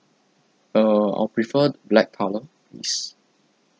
err I'll prefer black colour please